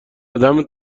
عدم